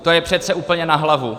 To je přece úplně na hlavu.